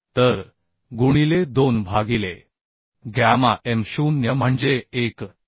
तर गुणिले 2 भागिले गॅमा m0 म्हणजे 1